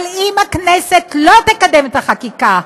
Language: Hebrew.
אבל אם הכנסת לא תקדם את החקיקה,